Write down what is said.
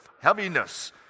heaviness